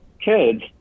kids